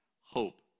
hope